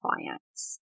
clients